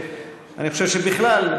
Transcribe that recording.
שבכלל,